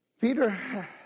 Peter